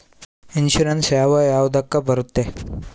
Insurance ಯಾವ ಯಾವುದಕ್ಕ ಬರುತ್ತೆ?